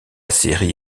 série